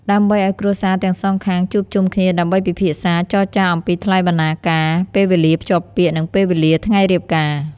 ដើម្បីឲ្យគ្រួសារទាំងសងខាងជួបជុំគ្នាដើម្បីពិភាក្សា ចរចាអំពីថ្លៃបណ្ណាការ ពេលវេលាភ្ជាប់ពាក្យ និងពេលវេលាថ្ងៃរៀបការ ។